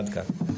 עד כאן.